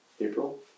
April